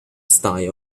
style